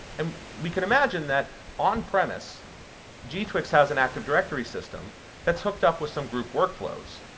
um we can imagine that on-premise g-twix has an active directory system that's hooked up with some group workflows,